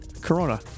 Corona